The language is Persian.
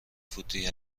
فوتی